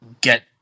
get